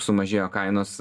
sumažėjo kainos